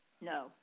No